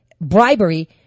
bribery